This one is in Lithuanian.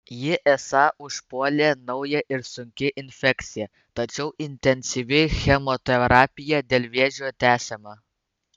jį esą užpuolė nauja ir sunki infekcija tačiau intensyvi chemoterapija dėl vėžio tęsiama